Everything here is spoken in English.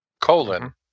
colon